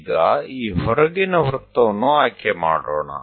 ಈಗ ಈ ಹೊರಗಿನ ವೃತ್ತವನ್ನು ಆಯ್ಕೆ ಮಾಡೋಣ